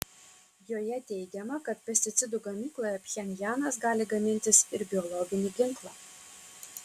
joje teigiama kad pesticidų gamykloje pchenjanas gali gamintis ir biologinį ginklą